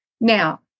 Now